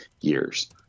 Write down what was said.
years